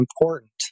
important